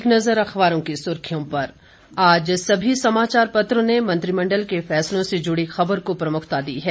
एक नज़र अखबारों की सुर्खियों पर आज सभी समाचार पत्रों ने मंत्रिमंडल के फैसलों से जुड़ी खबर को प्रमुखता दी है